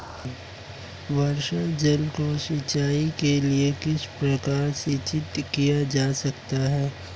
वर्षा जल को सिंचाई के लिए किस प्रकार संचित किया जा सकता है?